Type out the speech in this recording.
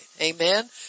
Amen